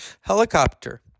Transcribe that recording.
helicopter